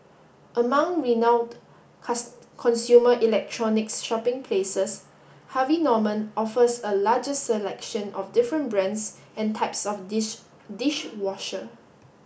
among renowned consumer electronics shopping places Harvey Norman offers a largest selection of different brands and types of dish dish washer